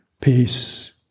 peace